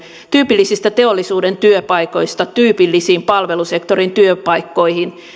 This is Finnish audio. tyypillisistä teollisuuden työpaikoista tyypillisiin palvelusektorin työpaikkoihin